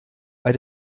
bei